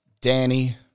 Danny